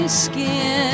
skin